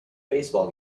baseball